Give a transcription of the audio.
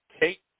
Kate